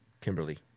Kimberly